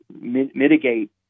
mitigate